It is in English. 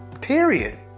period